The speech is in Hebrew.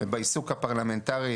בעיסוק הפרלמנטרי,